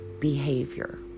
behavior